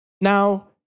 Now